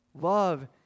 Love